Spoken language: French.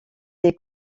des